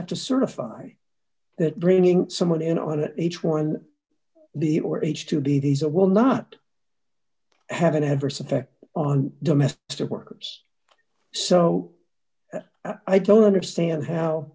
have to certify that bringing someone in on an h one day or age to be these are will not have an adverse effect on domestic workers so i don't understand how